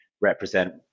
represent